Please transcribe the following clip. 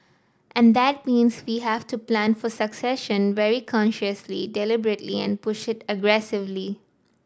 and that means we have to plan for succession very consciously deliberately and push it aggressively